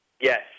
Yes